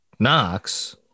Knox